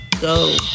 go